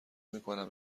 میکنم